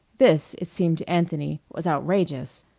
this, it seemed to anthony, was outrageous.